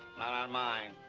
not on mine.